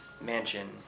mansion